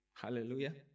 Hallelujah